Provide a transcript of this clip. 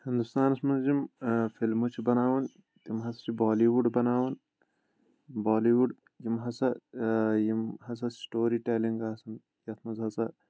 ہِندوستانَس منٛز یِم فِلمہٕ چھِ بناوان تِم حظ چھِ بالیوُڈ بناوان بالیوُڈ یِم ہسا یِم ہسا سٔٹوری ٹیلنٛگ آسان یتھ منٛز ہسا